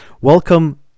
welcome